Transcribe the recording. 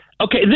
Okay